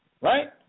right